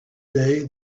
day